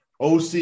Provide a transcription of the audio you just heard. oc